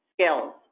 skills